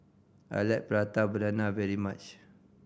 I like Prata Banana very much